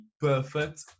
perfect